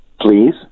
please